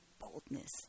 boldness